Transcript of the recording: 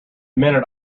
minute